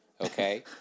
Okay